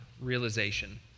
realization